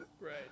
Right